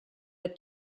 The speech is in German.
der